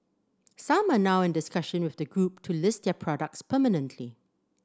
some are now in discussion with the Group to list their products permanently